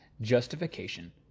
justification